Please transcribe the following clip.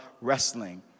wrestling